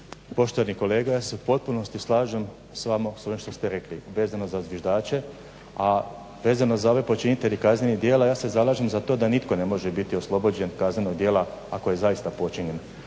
poštovani kolega ja se u potpunosti slažem s vama s onim što ste rekli vezano za zviždače, a vezano za ove počinitelje kaznenih djela ja se zalažem da za to da nitko ne može biti oslobođen kaznenog djela ako je zaista počinjen.